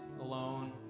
alone